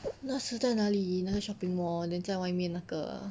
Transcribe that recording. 那时在哪里那个 shopping mall then 在外面那个